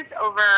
over